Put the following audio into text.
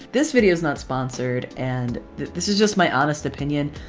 this video is not sponsored and this is just my honest opinion.